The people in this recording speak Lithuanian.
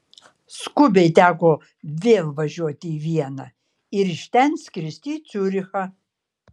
skubiai teko vėl važiuoti į vieną ir iš ten skristi į ciurichą